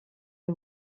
est